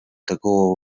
такого